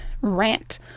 rant